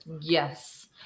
Yes